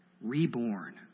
Reborn